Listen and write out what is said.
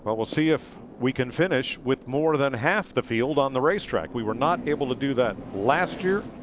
but we'll see if we can finish with more than half the field on the racetrack. we were not able to do that last year.